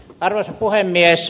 arvoisa puhemies